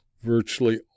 Virtually